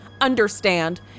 understand